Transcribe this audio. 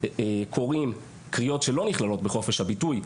קוראים קריאות שלא נכללות בחופש הביטוי,